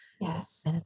Yes